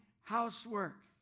housework